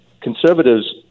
conservatives